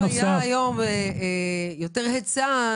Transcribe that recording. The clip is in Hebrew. אם היום היה יותר היצע,